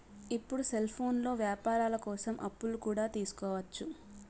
ఇప్పుడు సెల్ఫోన్లో వ్యాపారాల కోసం అప్పులు కూడా తీసుకోవచ్చు